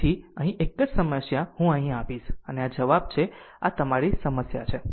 તેથી અહીં એક જ સમસ્યા હું અહીં આપીશ અને આ જવાબ છે અને આ તમારી સમસ્યા છે